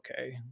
okay